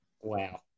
Wow